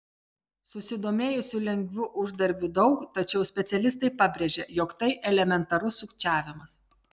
susidomėjusių lengvu uždarbiu daug tačiau specialistai pabrėžia jog tai elementarus sukčiavimas